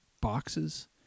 boxes